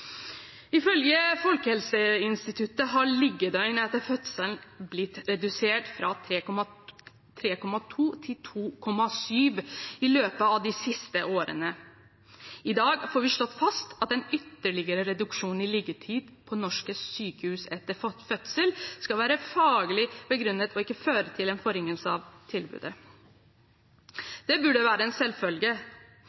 Ifølge Folkehelseinstituttet har liggedøgn etter fødsel blitt redusert fra 3,2 til 2,7 i løpet av de siste årene. I dag får vi slått fast at en ytterligere reduksjon i liggetid på norske sykehus etter fødsel skal være faglig begrunnet og ikke føre til en forringelse av tilbudet.